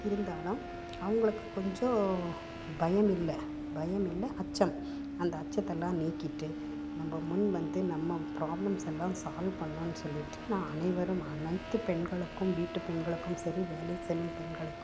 இருந்தாலும் அவுங்களுக்கு கொஞ்சம் பயம் இல்லை பயம் இல்லை அச்சம் அந்த அச்சத்தெல்லாம் நீக்கிட்டு நம்ம முன் வந்து நம்ம பிராப்ளம்ஸெல்லாம் சால்வ் பண்ணணுன்னு சொல்லிட்டு நான் அனைவரும் அனைத்து பெண்களுக்கும் வீட்டு பெண்களுக்கும் சரி வேலை செல்லும் பெண்களுக்கும்